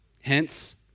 Hence